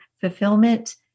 fulfillment